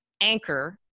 anchor